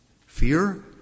Fear